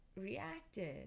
reacted